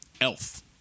elf